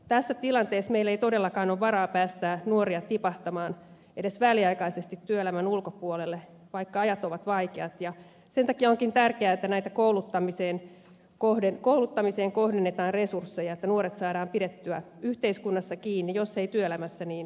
tässä tilanteessa meillä ei todellakaan ole varaa päästää nuoria tipahtamaan edes väliaikaisesti työelämän ulkopuolelle vaikka ajat ovat vaikeat ja sen takia onkin tärkeää että kouluttamiseen kohdennetaan resursseja että nuoret saadaan pidettyä yhteiskunnassa kiinni jos ei työelämässä niin koulussa